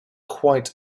quite